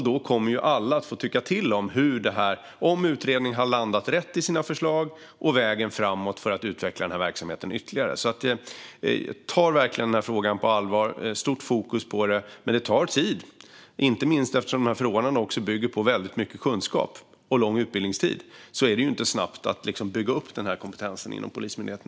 Då kommer alla att få tycka till om huruvida utredningen har landat rätt i sina förslag och om vägen framåt för att utveckla verksamheten ytterligare. Jag tar verkligen den här frågan på allvar och har starkt fokus på den. Men det tar tid, inte minst eftersom de här förordnandena bygger på väldigt mycket kunskap och lång utbildningstid. Det går inte snabbt att bygga upp den kompetensen inom Polismyndigheten.